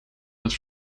met